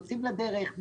יוצאים לדרך,